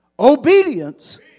Obedience